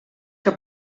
que